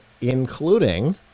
including